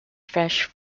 fresh